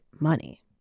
money